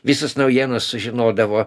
visas naujienas sužinodavo